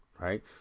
right